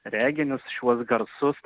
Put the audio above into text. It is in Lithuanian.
reginius šiuos garsus